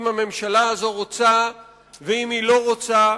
אם הממשלה הזאת רוצה ואם היא לא רוצה,